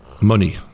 money